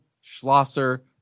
Schlosser